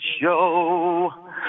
show